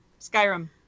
Skyrim